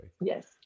Yes